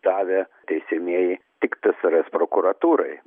davė teisiamieji tik tsrs prokuratūrai